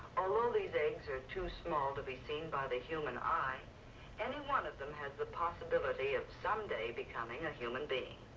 although these eggs are too small to be seen by the human eye any one of them has the possibility of someday becoming a human being.